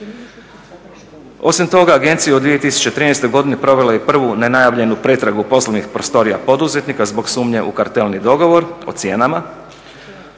Osim toga agencija u 2013. godini provela je i prvu nenajavljenu pretragu poslovnih prostorija poduzetnika zbog sumnje u kartelni dogovor o cijenama.